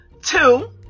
Two